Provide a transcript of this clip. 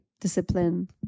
discipline